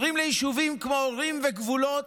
אומרים ליישובים כמו אורים וגבולות: